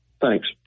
Thanks